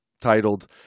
titled